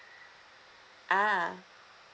ah